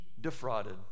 defrauded